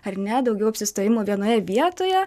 ar ne daugiau apsistojimo vienoje vietoje